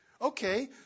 Okay